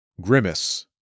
Grimace